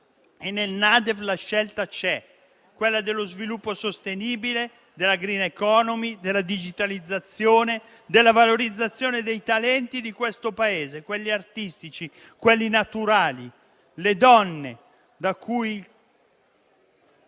Nella NADEF la scelta c'è: è quella dello sviluppo sostenibile, della *green economy,* della digitalizzazione e della valorizzazione dei talenti di questo Paese, quelli artistici, naturali e delle donne, del cui